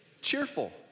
cheerful